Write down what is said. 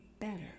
better